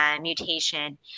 Mutation